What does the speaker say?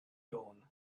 dawn